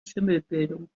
schimmelbildung